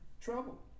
trouble